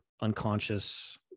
unconscious